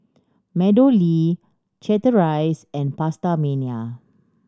MeadowLea Chateraise and PastaMania